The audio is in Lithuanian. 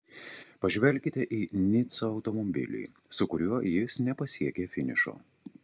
pažvelkite į nico automobilį su kuriuo jis nepasiekė finišo